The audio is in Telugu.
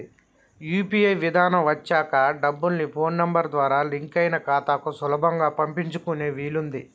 యూ.పీ.ఐ విధానం వచ్చాక డబ్బుల్ని ఫోన్ నెంబర్ ద్వారా లింక్ అయిన ఖాతాలకు సులభంగా పంపించుకునే వీలుంది